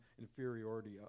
inferiority